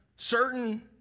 certain